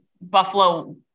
Buffalo